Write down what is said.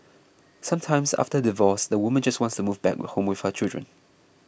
sometimes after divorce the woman just wants to move back home with her children